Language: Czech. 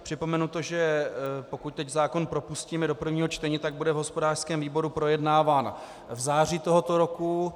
Připomenu to, že pokud teď zákon propustíme do prvního čtení, bude v hospodářském výboru projednáván v září tohoto roku.